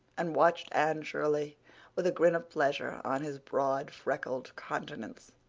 and watched anne shirley with a grin of pleasure on his broad, freckled countenance.